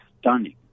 stunning